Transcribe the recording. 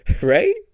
right